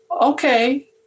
Okay